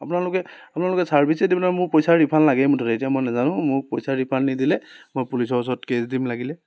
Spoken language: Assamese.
আপোনালোকে আপোনালোকে ছাৰ্ভিচেই দিব নোৱাৰে মোৰ পইচা ৰিফাণ্ড লাগেই মুঠতে এতিয়া মই নেজানো মোক পইচা ৰিফাণ্ড নিদিলে মই পুলিচৰ ওচৰত কেছ দিম লাগিলে